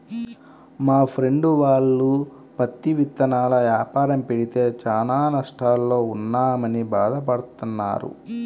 మా ఫ్రెండు వాళ్ళు పత్తి ఇత్తనాల యాపారం పెడితే చానా నష్టాల్లో ఉన్నామని భాధ పడతన్నారు